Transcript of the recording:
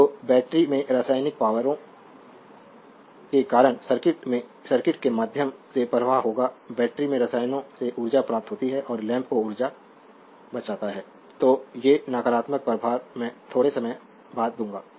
तो बैटरी में रासायनिक पावर यों के कारण सर्किट के माध्यम से प्रवाह होगा बैटरी में रसायनों से ऊर्जा प्राप्त होती है और लैंप को ऊर्जा बचाता है तो ये नकारात्मक प्रभार मैं थोड़े समय बाद दूंगा